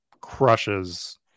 crushes